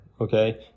okay